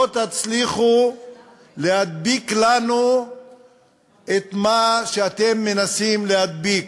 לא תצליחו להדביק לנו את מה שאתם מנסים להדביק,